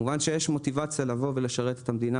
כמובן שיש מוטיבציה לבוא ולשרת את המדינה